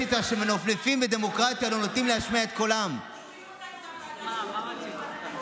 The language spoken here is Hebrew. בוסו, הגנת עלינו כשהוא העיף אותנו כמו